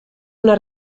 una